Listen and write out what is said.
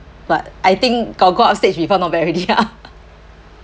but I think got go up stage before not bad already ah